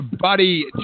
buddy